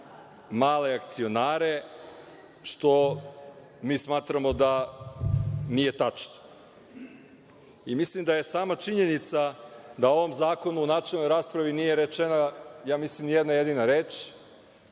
male akcionare, što mi smatramo nije tačno. Mislim da je sama činjenica da o ovom zakonu u načelnoj raspravi nije rečena, ja mislim, ni jedna jedina reč,